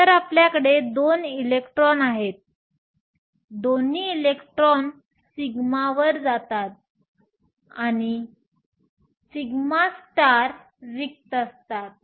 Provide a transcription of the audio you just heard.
तर आपल्याकडे दोन इलेक्ट्रॉन आहेत दोन्ही इलेक्ट्रॉन σ वर जातात आणि σ रिक्त असतात